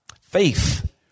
Faith